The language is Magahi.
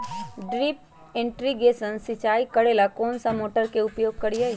ड्रिप इरीगेशन सिंचाई करेला कौन सा मोटर के उपयोग करियई?